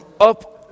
up